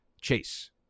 Chase